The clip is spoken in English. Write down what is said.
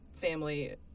family